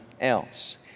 else